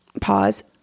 pause